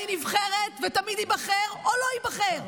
אני נבחרת, ותמיד אבחר, או לא אבחר,